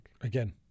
Again